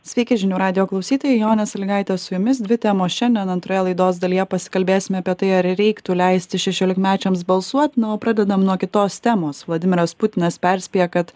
sveiki žinių radijo klausytojai jonė salygaitė su jumis dvi temos šiandien antroje laidos dalyje pasikalbėsime apie tai ar reiktų leisti šešiolikmečiams balsuot na o pradedam nuo kitos temos vladimiras putinas perspėja kad